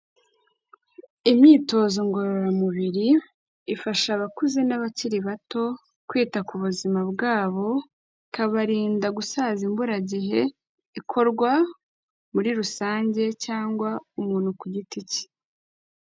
Imyitozo ngororamubiri ifasha abakuze n'abakiri bato kwita ku buzima bwabo, ikabarinda gusaza imburagihe, ikorwa muri rusange cyangwa umuntu ku giti cye.